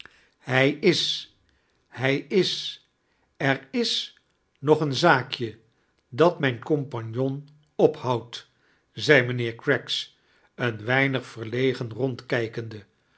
hij is hij is er is nog een zaakje dat mijm compagnon ophoudt zei mijnheer craggs een weinig verlegen rondkijkende